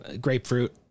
grapefruit